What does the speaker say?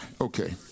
okay